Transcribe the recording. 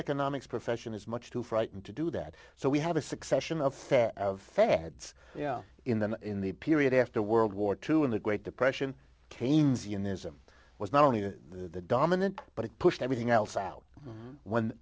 economics profession is much too frightened to do that so we have a succession of fad of fads yeah in the in the period after world war two in the great depression keynesianism was not only the dominant but it pushed everything else out when